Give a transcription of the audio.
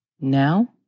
Now